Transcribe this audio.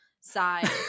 side